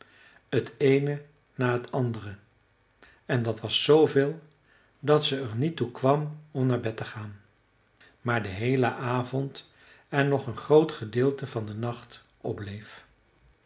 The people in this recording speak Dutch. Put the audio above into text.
het eene na het andere en dat was zveel dat ze er niet toe kwam om naar bed te gaan maar den heelen avond en nog een groot gedeelte van den nacht opbleef